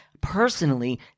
Personally